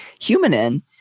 humanin